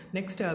Next